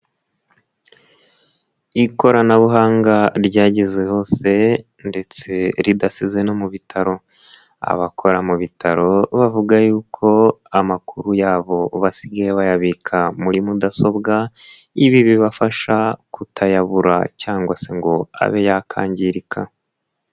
Ikoranabuhanga ryageze hose ndetse ridasize no mu bitaro. Abakora mu bitaro bavuga yuko amakuru yabo basigaye bayabika muri mudasobwa, ibi bibafasha kutayabura cyangwa se ngo abe yakangirika.